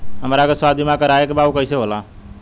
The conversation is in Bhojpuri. हमरा के स्वास्थ्य बीमा कराए के बा उ कईसे होला?